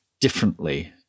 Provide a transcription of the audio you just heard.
differently